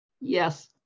Yes